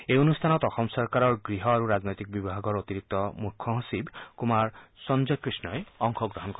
এই অনুষ্ঠানত অসম চৰকাৰৰ গৃহ আৰু ৰাজনৈতিক বিভাগৰ অতিৰিক্ত মুখ্য সচিব কুমাৰ সঞ্জয় কৃষ্ণই অংশগ্ৰহণ কৰিব